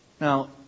Now